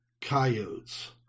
coyotes